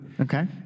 Okay